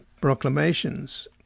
proclamations